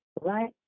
right